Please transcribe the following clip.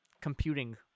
computing